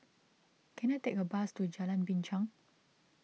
can I take a bus to Jalan Binchang